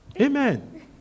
Amen